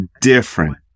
different